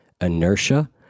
inertia